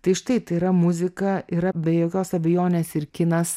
tai štai tai yra muzika yra be jokios abejonės ir kinas